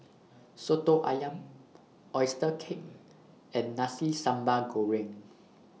Soto Ayam Oyster Cake and Nasi Sambal Goreng